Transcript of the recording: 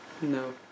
No